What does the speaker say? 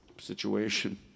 situation